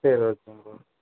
சரி ஓகேங்க ப்ரோ